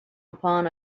upon